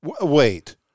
Wait